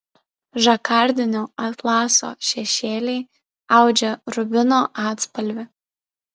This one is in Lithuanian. žakardinio atlaso šešėliai audžia rubino atspalvį